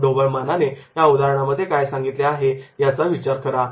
ढोबळ मानाने त्या उदाहरणांमध्ये काय सांगितले आहे याचा विचार करा